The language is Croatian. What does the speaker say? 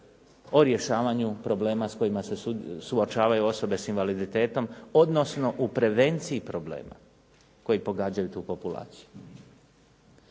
o rješavanju problema s kojima se suočavaju osobe sa invaliditetom, odnosno u prevenciji problema koji pogađaju tu populaciju.